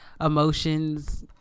emotions